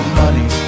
money